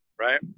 right